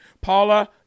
Paula